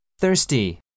thirsty